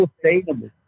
sustainable